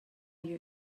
you